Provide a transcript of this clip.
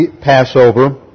Passover